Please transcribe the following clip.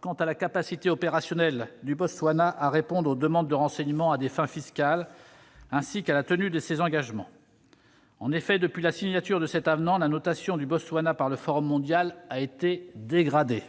quant à la capacité opérationnelle du Botswana à répondre aux demandes de renseignements à des fins fiscales, ainsi qu'à la tenue de ses engagements. En effet, depuis la signature de cet avenant, la notation du Botswana par le Forum mondial a été dégradée,